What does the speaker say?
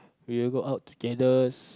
we will go out togethers